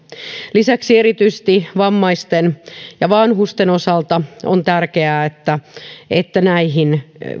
lisäksi erityisesti vammaisten ja vanhusten osalta on tärkeää että että näihin